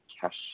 cash